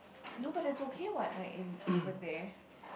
no but that's okay what like in over there